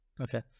Okay